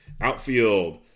Outfield